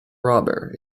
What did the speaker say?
robber